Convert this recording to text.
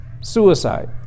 suicide